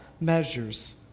measures